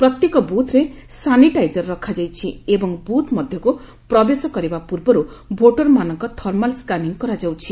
ପ୍ରତ୍ୟେକ ବୁଥ୍ରେ ସାନିଟାଇଜର୍ ରଖାଯାଇଛି ଏବଂ ବୁଥ୍ ମଧ୍ୟକୁ ପ୍ରବେଶ କରିବା ପୂର୍ବରୁ ଭୋଟର୍ମାନଙ୍କ ଥର୍ମାଲ୍ ସ୍କାନିଂ କରାଯାଉଛି